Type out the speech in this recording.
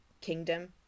kingdom